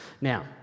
Now